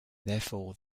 therefore